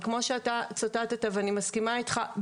וכמו שאתה אמרת ואני מסכימה איתך,